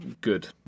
good